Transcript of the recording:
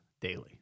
daily